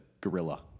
gorilla